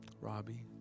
Robbie